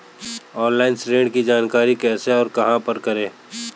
Online ऋण की जानकारी कैसे और कहां पर करें?